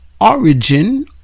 origin